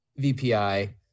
VPI